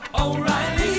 O'Reilly